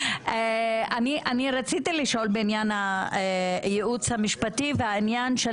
אני רציתי לשאול בעניין הייעוץ המשפטי ובעניין של